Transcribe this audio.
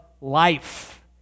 life